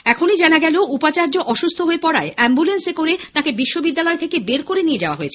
এইমাত্র জানা গেলো উপাচার্য অসুস্থ হয়ে পড়ায় অ্যাম্বুলেন্সে করে তাকে বিশ্ববিদ্যালয় থেকে বের করে নিয়ে যাওয়া হয়